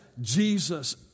Jesus